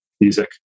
music